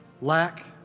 lack